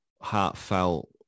heartfelt